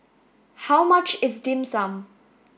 how much is Dim Sum